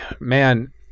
man